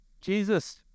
Jesus